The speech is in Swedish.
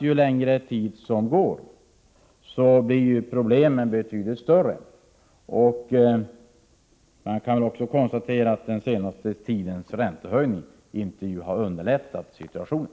Ju längre tid som går desto större blir problemen. Och den senaste tidens räntehöjning har inte underlättat situationen.